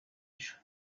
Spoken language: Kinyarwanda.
ejo